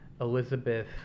Elizabeth